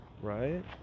Right